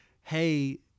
hey